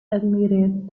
admitted